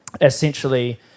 essentially